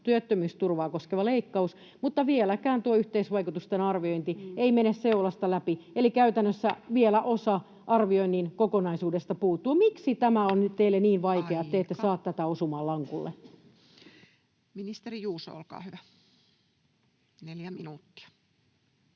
työttömyysturvaa koskeva leikkaus, mutta vieläkään tuo yhteisvaikutusten arviointi ei mene seulasta läpi eli käytännössä vielä osa arvioinnin kokonaisuudesta puuttuu. Miksi tämä on nyt teille niin vaikeaa, [Puhemies: Aika!] että te ette saa tätä osumaan lankulle? Ministeri Juuso, olkaa hyvä, neljä minuuttia.